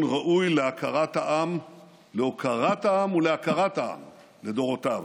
ראוי להוקרת העם ולהכרת העם לדורותיו.